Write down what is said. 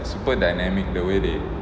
super dynamic the way they